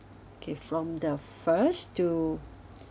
okay from the first to